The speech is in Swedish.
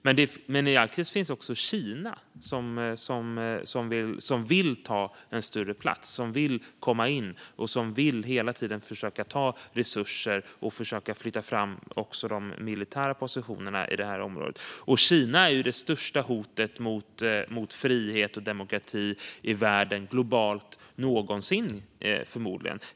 Och i Arktis finns Kina, som vill ta större plats. De vill komma in och försöker hela tiden ta resurser och flytta fram de militära positionerna i området. Kina är också förmodligen det största hotet mot frihet och demokrati i världen globalt någonsin.